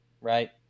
right